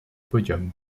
podium